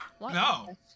No